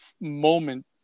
moment